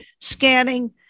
scanning